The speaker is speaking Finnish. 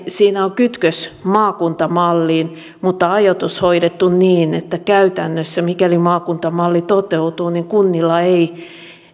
siinä on kytkös maakuntamalliin mutta ajoitus on hoidettu niin että käytännössä mikäli maakuntamalli toteutuu kunnilla ei